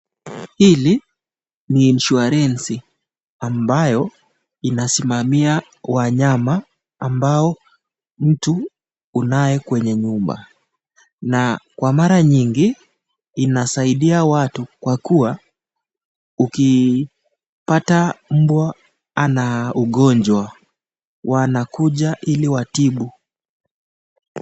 Hili ni (cs) insurance (cs) ambayo inasimamia kwa wanyama ambao mtu unaye kwenye nyumba na kwa mara nyingi inasaidia watu kwa kuwa ukipata mbwa ana ugonjwa wanakuja ili watibu.